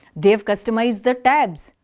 they've customised the tabds.